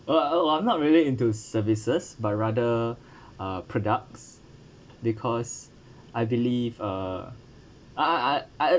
uh I'm I'm not really into services but rather uh products because I believe uh I I I I